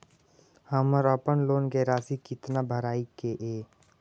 हमर अपन लोन के राशि कितना भराई के ये?